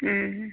ও